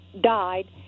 died